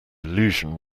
illusion